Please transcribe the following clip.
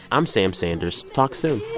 i'm sam sanders. talk soon